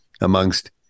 amongst